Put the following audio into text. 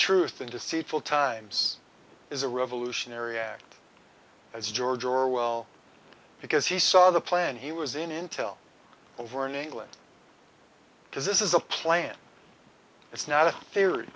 truth in deceitful times is a revolutionary act as george orwell because he saw the plan he was in intel over in england because this is a plan it's not a theory